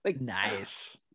nice